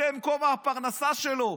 אתם כובע הפרנסה שלו.